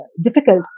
difficult